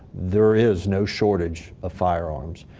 there is no shortage of firearms.